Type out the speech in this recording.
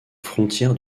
frontières